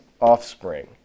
offspring